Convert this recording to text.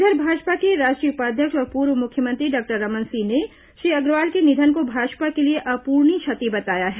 इधर भाजपा के राष्ट्रीय उपाध्यक्ष और पूर्व मुख्यमंत्री डॉक्टर रमन सिंह ने श्री अग्रवाल के निधन को भाजपा के लिए अप्रणीय क्षति बताया है